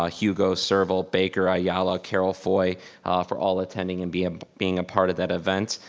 ah hugo, serville, baker, ayallah, carol, foye for all attending, and being being a part of that event.